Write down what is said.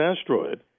asteroid